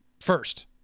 first